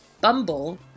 Bumble